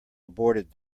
aborted